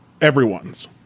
everyone's